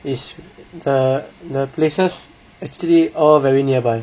is the the places actually all very nearby